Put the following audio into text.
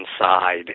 inside